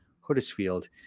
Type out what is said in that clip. Huddersfield